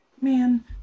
man